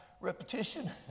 repetition